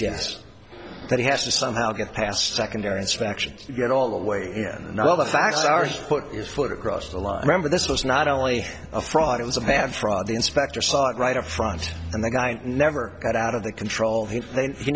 yes but he has to somehow get past secondary inspection to get all the way and the other facts are just put his foot across the line remember this was not only a fraud it was a bad fraud the inspector saw it right up front and the guy never got out of the control he